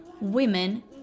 Women